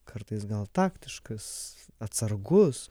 kartais gal taktiškas atsargus